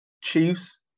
Chiefs